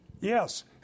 Yes